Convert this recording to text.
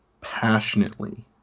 passionately